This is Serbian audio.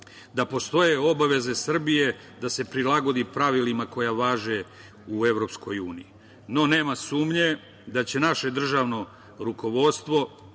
da postoje obaveze Srbije da se prilagodi pravilima koja važe u EU.No, nema sumnje da će naše državno rukovodstvo,